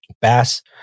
Bass